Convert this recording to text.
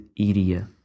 iria